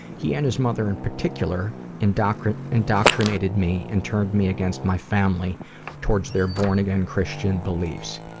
he and his mother in particular indoctrinated indoctrinated me and turned me against my family towards their born again christian beliefs.